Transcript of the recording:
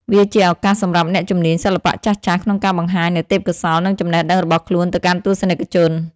វាជាឱកាសសម្រាប់អ្នកជំនាញសិល្បៈចាស់ៗ ក្នុងការបង្ហាញនូវទេពកោសល្យ និងចំណេះដឹងរបស់ខ្លួនទៅកាន់ទស្សនិកជន។